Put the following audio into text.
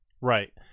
Right